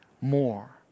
more